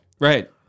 Right